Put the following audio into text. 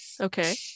Okay